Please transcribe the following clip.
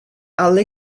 alle